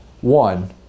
One